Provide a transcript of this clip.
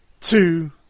two